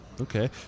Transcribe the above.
Okay